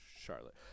Charlotte